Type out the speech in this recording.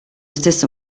stesso